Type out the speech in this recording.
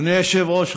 אדוני היושב-ראש,